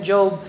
Job